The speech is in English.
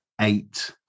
eight